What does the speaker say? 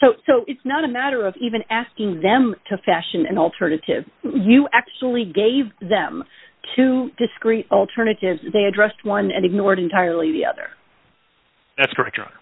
so it's not a matter of even asking them to fashion an alternative you actually gave them to discrete alternatives they addressed one and ignored entirely the other that's